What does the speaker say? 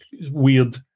weird